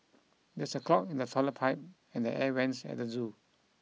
there's a clog in the toilet pipe and the air vents at the zoo